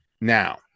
Now